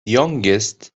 youngest